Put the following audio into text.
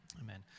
Amen